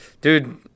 Dude